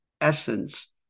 essence